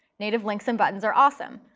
native links and buttons are awesome.